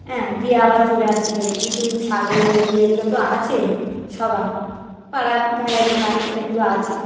হ্যাঁ দিয়ে আবার চলে আসছি দেখে কিন্তু ছাগল গোরু এগুলো তো আছে সবার পাড়া গাঁয়ের ব্যাপার এগুলো আছে